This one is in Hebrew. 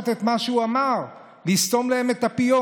את מה שהוא אמר: לסתום להם את הפיות.